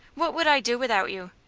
what would i do without you?